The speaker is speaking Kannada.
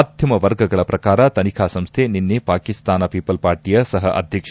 ಮಾಧ್ಯಮ ವರ್ಗಗಳ ಪ್ರಕಾರ ತನಿಖಾ ಸಂಸ್ಥೆ ನಿನ್ನೆ ಪಾಕಿಸ್ತಾನ ಪೀಪಲ್ ಪಾರ್ಟಿಯ ಸಹ ಅಧ್ಯಕ್ಷ